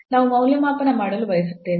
ನಾವು ಮೌಲ್ಯಮಾಪನ ಮಾಡಲು ಬಯಸುತ್ತೇವೆ